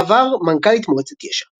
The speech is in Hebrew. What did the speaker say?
לשעבר מנכ"לית מועצת יש"ע.